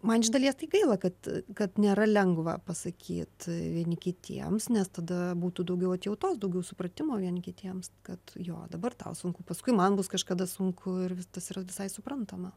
man iš dalies tai gaila kad kad nėra lengva pasakyt vieni kitiems nes tada būtų daugiau atjautos daugiau supratimo vieni kitiems kad jo dabar tau sunku paskui man bus kažkada sunku ir tas yra visai suprantama